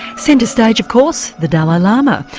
centre stage of course, the dalai lama.